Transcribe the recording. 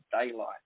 daylight